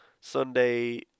Sunday